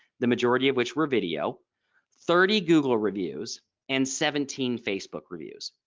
the majority of which were video thirty google reviews and seventeen facebook reviews.